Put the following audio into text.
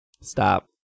Stop